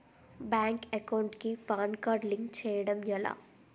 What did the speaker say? Bank account కి PAN card link చేయడం ఎలా?